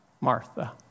Martha